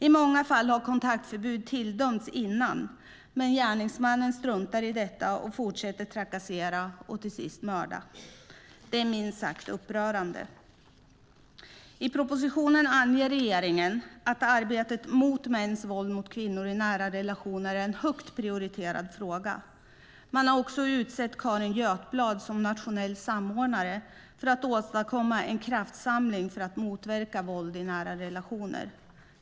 I många fall har kontaktförbud tilldömts tidigare, men gärningsmannen struntar i detta och fortsätter att trakassera och till sist mörda. Det är minst sagt upprörande. I propositionen anger regeringen att arbetet mot mäns våld mot kvinnor i nära relationer är en högt prioriterad fråga. Man har också utsett Carin Götblad som nationell samordnare för att åstadkomma en kraftsamling för att motverka våld i nära relationer.